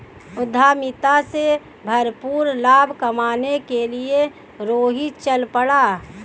उद्यमिता से भरपूर लाभ कमाने के लिए रोहित चल पड़ा